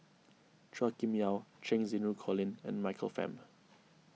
Chua Kim Yeow Cheng Xinru Colin and Michael Fam